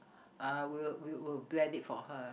uh we we'll blend it for her